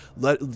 let